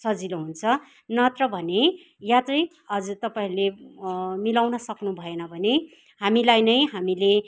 सजिलो हुन्छ नत्र भने या चाहिँ अझै तपाईँहरूले मिलाउन सक्नु भएन भने हामीलाई नै हामीले